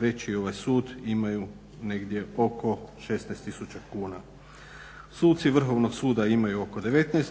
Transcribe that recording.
veći sud imaju negdje oko 16 tisuća kuna. Suci Vrhovnog suda imaju oko 19